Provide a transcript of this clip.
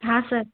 हाँ सर